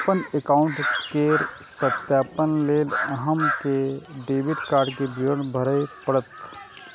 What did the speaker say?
अपन एकाउंट केर सत्यापन लेल अहां कें डेबिट कार्ड के विवरण भरय पड़त